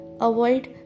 avoid